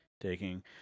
taking